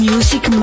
Music